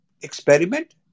experiment